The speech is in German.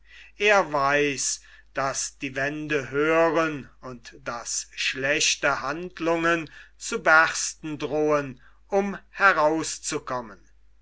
er weiß daß die wände hören und daß schlechte handlungen zu bersten drohen um herauszukommen